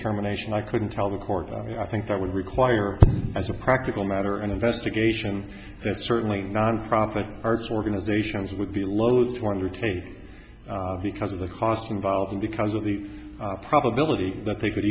determination i couldn't tell the court i think that would require as a practical matter an investigation that certainly nonprofit arts organizations would be loath to undertake because of the costs involved and because of the probability that they could